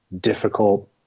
difficult